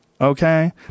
Okay